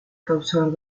causar